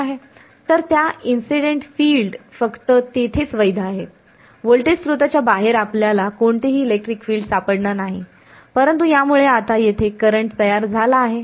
तर त्या incident field फक्त तेथेच वैध आहे व्होल्टेज स्त्रोताच्या बाहेर आपल्याला कोणतेही इलेक्ट्रिक फील्ड सापडणार नाही परंतु यामुळे आता येथे करंट तयार झाला आहे